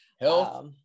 Health